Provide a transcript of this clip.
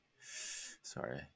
sorry